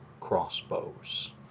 Crossbows